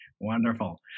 Wonderful